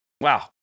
Wow